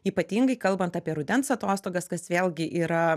ypatingai kalbant apie rudens atostogas kas vėlgi yra